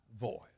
voice